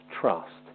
trust